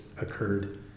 occurred